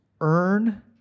earn